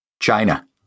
China